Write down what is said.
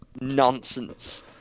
Nonsense